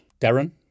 Darren